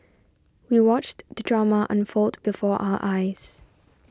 we watched the drama unfold before our eyes